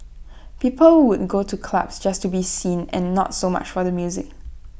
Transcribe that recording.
people would go to clubs just to be seen and not so much for the music